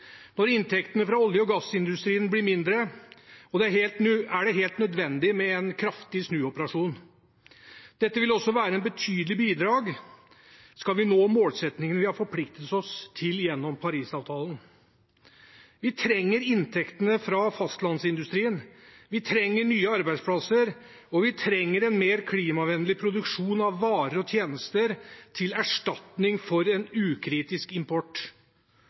Når inntektene fra olje- og gassindustrien blir mindre, er det helt nødvendig med en kraftig snuoperasjon. Dette vil også være et betydelig bidrag om vi skal nå målsettingene vi har forpliktet oss til gjennom Parisavtalen. Vi trenger inntektene fra fastlandsindustrien. Vi trenger nye arbeidsplasser, og vi trenger en mer klimavennlig produksjon av varer og tjenester til erstatning for en ukritisk import.